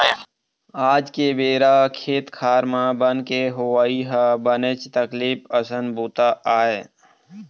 आज के बेरा खेत खार म बन के होवई ह बनेच तकलीफ असन बूता आय